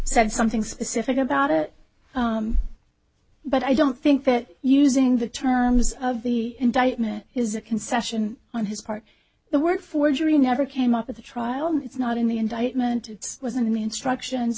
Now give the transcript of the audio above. done something specific about it but i don't think that using the terms of the indictment is a concession on his part the word forgery never came up at the trial it's not in the indictment it wasn't me instructions